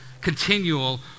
continual